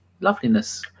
Loveliness